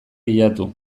bilatu